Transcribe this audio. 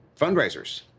fundraisers